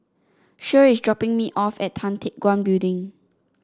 Shirl is dropping me off at Tan Teck Guan Building